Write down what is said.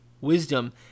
wisdom